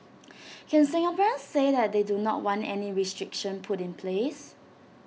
can Singaporeans say that they do not want any restriction put in place